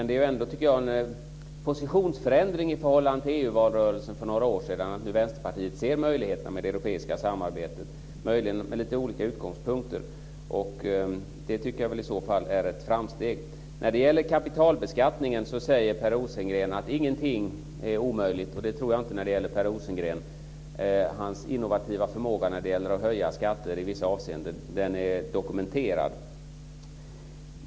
Det är ändå en positionsförändring i förhållande till EU-valrörelsen för några år sedan att Vänsterpartiet nu ser möjligheterna med det europeiska samarbetet - med lite olika utgångspunkter. Det är i så fall ett framsteg. Per Rosengren säger att ingenting är omöjligt när det gäller kapitalbeskattningen. Det tror jag inte när det gäller Per Rosengren. Hans innovativa förmåga när det gäller att höja skatter i vissa avseenden är dokumenterad.